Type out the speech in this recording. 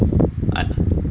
I